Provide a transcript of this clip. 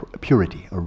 purity